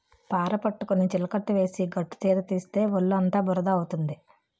పార పట్టుకొని చిలకట్టు వేసి గట్టుతీత తీస్తే ఒళ్ళుఅంతా బురద అవుతుంది